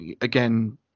again